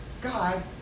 God